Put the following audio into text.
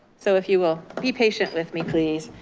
so if you will, be patient with me please.